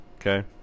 okay